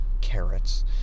carrots